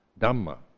Dhamma